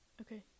Okay